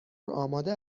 آماده